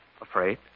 Afraid